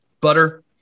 Butter